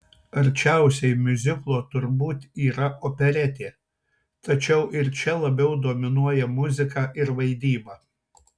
arčiausiai miuziklo turbūt yra operetė tačiau ir čia labiau dominuoja muzika ir vaidyba